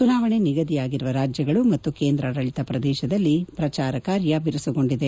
ಚುನಾವಣೆ ನಿಗದಿಯಾಗಿರುವ ರಾಜ್ಯಗಳು ಮತ್ತು ಕೇಂದ್ರಾಡಳಿತ ಪ್ರದೇಶದಲ್ಲಿ ಪ್ರಚಾರ ಬಿರುಸುಗೊಂಡಿದೆ